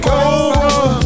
over